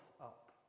up